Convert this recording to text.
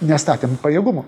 nestatėm pajėgumų